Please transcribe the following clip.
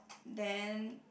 then